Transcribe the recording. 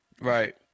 Right